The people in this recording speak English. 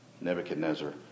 Nebuchadnezzar